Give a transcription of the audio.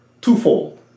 twofold